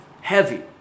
heavy